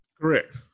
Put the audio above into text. Correct